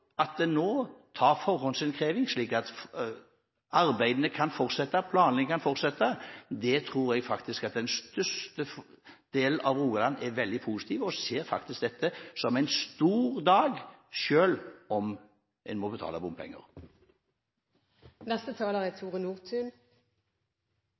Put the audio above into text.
kan fortsette, tror jeg faktisk den største delen av Rogaland er veldig positiv til, og de ser dette som en stor dag, selv om en må betale